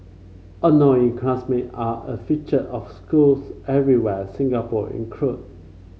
annoying classmate are a feature of schools everywhere Singapore include